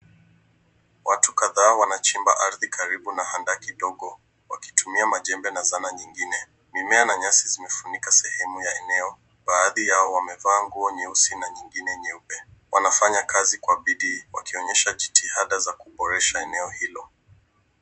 Watu kadhaa wanachimba ardhi karibu na handaki ndogo, wakitumia majembe na zana nyingine. Mimea na nyasi zimefunika sehemu ya eneo, baadhi yao, wamevaa nguo nyeusi na nyingine nyeupe. Wanafanya kazi kwa bidii, wakionyesha jitihada za kuboresha eneo hilo.